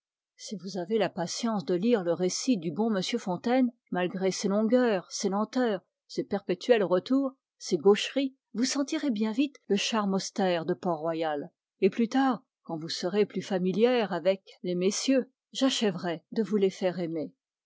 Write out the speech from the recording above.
si vous avez la patience de lire le récit du bon m fontaine malgré ses longueurs et ses gaucheries vous sentirez bien vite le charme austère de port-royal et plus tard quand vous serez plus familière avec les messieurs j'achèverai de vous les faire aimer